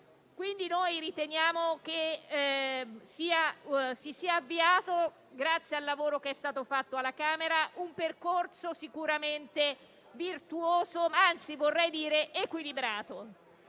quindi che si sia avviato, grazie al lavoro fatto alla Camera, un percorso sicuramente virtuoso, anzi vorrei dire equilibrato.